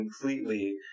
completely